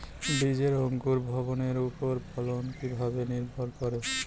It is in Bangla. বীজের অঙ্কুর ভবনের ওপর ফলন কিভাবে নির্ভর করে?